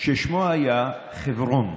ששמו היה חברון.